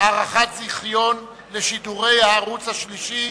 הארכת זיכיון לשידורי הערוץ השלישי),